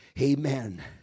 Amen